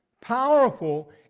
powerful